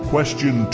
Question